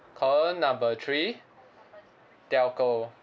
call number three telco